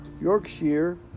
Yorkshire